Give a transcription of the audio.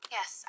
Yes